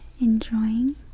enjoying